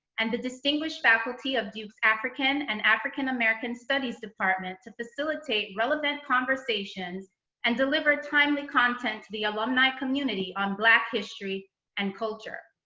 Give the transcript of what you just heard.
and the distinguished faculty of duke's african and african american studies department to facilitate relevant conversations and deliver timely content to the alumni community on black history and culture.